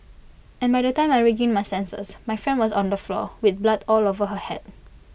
and by the time I regained my senses my friend was on the floor with blood all over her Head